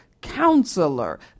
counselor